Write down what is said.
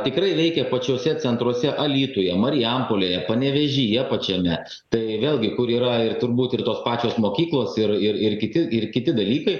tikrai veikia pačiuose centruose alytuje marijampolėje panevėžyje pačiame tai vėlgi kur yra ir turbūt ir tos pačios mokyklos ir ir ir kiti ir kiti dalykai